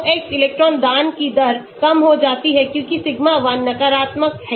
तो X electron दान की दर कम हो जाती है क्योंकि सिग्मा 1 नकारात्मक है